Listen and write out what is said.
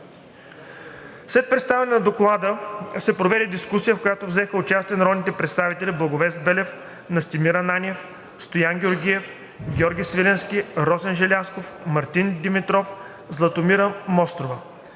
След представянето на Доклада се проведе дискусия, в която взеха участие народните представители Благовест Белев, Настимир Ананиев, Стоян Георгиев, Георги Свиленски, Росен Желязков, Мартин Димитров, Златомира Мострова.